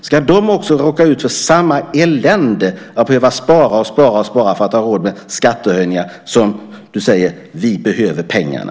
Ska de också råka ut för samma elände, att de ska behöva spara och spara och spara för att ha råd med skattehöjningar? Du säger: Vi behöver pengarna.